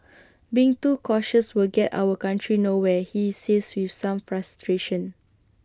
being too cautious will get our country nowhere he says with some frustration